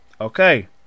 Okay